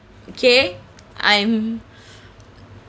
okay I'm